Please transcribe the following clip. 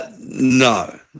No